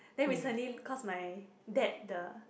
then recently cause my dad the